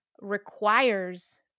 requires